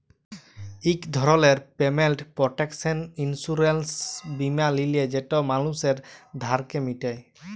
ইক ধরলের payment protection insurance বীমা লিলে যেট মালুসের ধারকে মিটায়